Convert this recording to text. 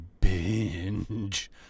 binge